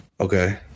Okay